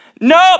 Nope